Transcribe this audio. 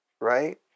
right